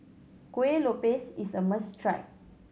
Kueh Lopes is a must try